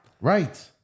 Right